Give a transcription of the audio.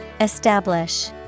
Establish